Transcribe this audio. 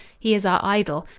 he is our idol.